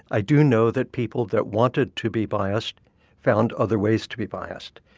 i do know that people that wanted to be biased found other ways to be biased,